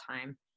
time